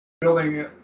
building